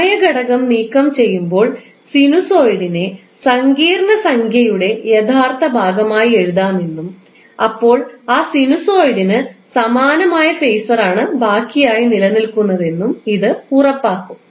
സമയ ഘടകം നീക്കം ചെയ്യുമ്പോൾ സിനുസോയിഡിനെ സങ്കീർണ്ണ സംഖ്യയുടെ യഥാർത്ഥ ഭാഗമായി എഴുതാമെന്നും അപ്പോൾ ആ സിനുസോയിഡിന് സമാനമായ ഫേസറാണ് ബാക്കിയായി നിലനിൽക്കുന്നതെന്നും ഇത് ഉറപ്പാക്കും